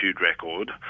Record